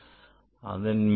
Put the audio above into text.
அதன் மீச்சிறு அளவு 0